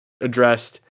addressed